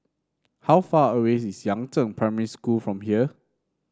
how far away is Yangzheng Primary School from here